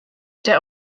der